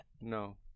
No